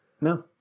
No